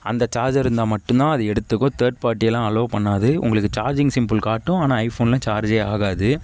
அந்த சார்ஜர் இருந்தால் மட்டும் தான் அது எடுத்துக்கும் தேர்ட் பார்ட்டி எல்லாம் அலோ பண்ணாது உங்களுக்கு சார்ஜிங் சிம்பிள் காட்டும் ஆனால் ஐபோனில் சார்ஜ்ஜே ஆகாது